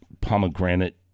pomegranate